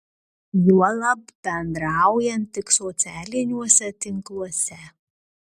juolab bendraujant tik socialiniuose tinkluose